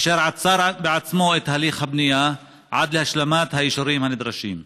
אשר עצר בעצמו את הליך הבנייה עד להשלמת האישורים הנדרשים.